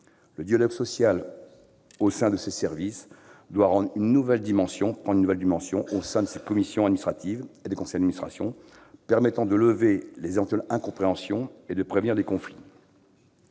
Le dialogue social doit prendre une nouvelle dimension au sein des commissions administratives et des conseils d'administration des SDIS, permettant de lever les éventuelles incompréhensions et de prévenir les conflits.